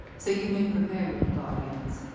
so, you may prepare your guardians.